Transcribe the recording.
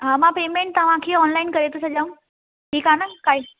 हा मां पेमेंट तव्हांखे ऑनलाइन करे थी छॾियांव ठीकु आहे न काई